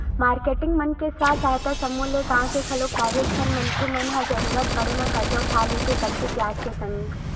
marketing मन के स्व सहायता समूह ले गाँव के घलोक काहेच झन मनखे मन ह जरुरत पड़े म करजा उठा लेथे कमती बियाज के संग